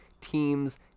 team's